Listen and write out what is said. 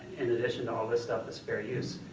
in addition to all of this stuff is fair use.